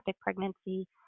pregnancy